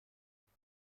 خیلی